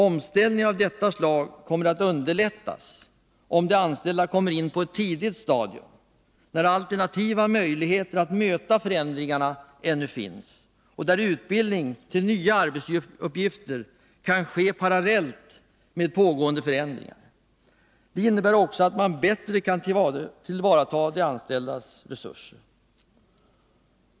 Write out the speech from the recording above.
Omställningar av detta slag kommer att underlättas om de anställda kommer in på ett tidigt stadium, när alternativa möjligheter att möta förändringarna ännu finns och då utbildning till nya arbetsuppgifter kan ske parallellt med pågående förändringar. Det innebär också att man bättre kan tillvarata de anställdas resurser.